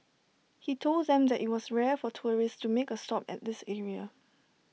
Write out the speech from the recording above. he told them that IT was rare for tourists to make A stop at this area